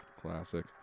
classic